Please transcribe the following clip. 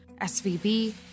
SVB